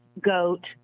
goat